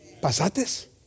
Pasates